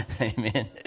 Amen